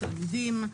תלמידים,